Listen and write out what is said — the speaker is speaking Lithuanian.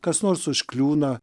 kas nors užkliūna